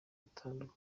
atandatu